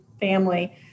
family